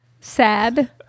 Sad